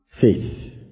Faith